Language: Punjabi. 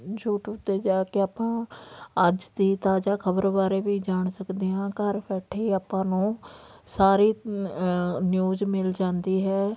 ਯੂਟਿਊਬ 'ਤੇ ਜਾ ਕੇ ਆਪਾਂ ਅੱਜ ਦੀ ਤਾਜ਼ਾ ਖ਼ਬਰ ਬਾਰੇ ਵੀ ਜਾਣ ਸਕਦੇ ਹਾਂ ਘਰ ਬੈਠੇ ਆਪਾਂ ਨੂੰ ਸਾਰੀ ਨਿਊਜ਼ ਮਿਲ ਜਾਂਦੀ ਹੈ